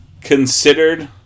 considered